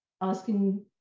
asking